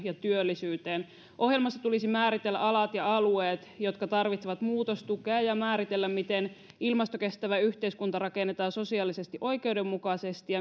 ja työllisyyteen ohjelmassa tulisi määritellä alat ja alueet jotka tarvitsevat muutostukea ja määritellä miten ilmastokestävä yhteiskunta rakennetaan sosiaalisesti oikeudenmukaisesti